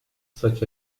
such